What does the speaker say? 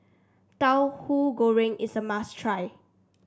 Tauhu Goreng is a must try